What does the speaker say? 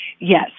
Yes